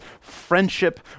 friendship